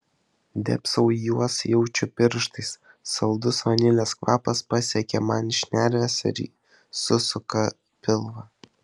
dėbsau į juos jaučiu pirštais saldus vanilės kvapas pasiekia man šnerves ir susuka pilvą